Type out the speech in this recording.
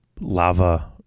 lava